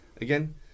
again